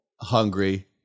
hungry